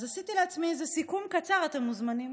אז עשיתי לעצמי איזה סיכום קצר, אתם מוזמנים